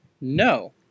No